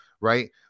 Right